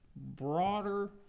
Broader